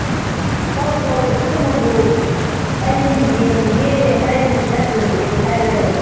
ꯎꯝ ꯂꯧꯢ ꯂꯧꯢ ꯑꯗꯨꯅꯕꯨ ꯑꯩꯅ ꯌꯦꯡꯒꯦ ꯍꯥꯏꯔꯤꯅꯤ ꯅꯠꯇ꯭ꯔꯗꯤ ꯑꯩ ꯍꯥꯏꯔꯔꯣꯏ